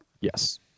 Yes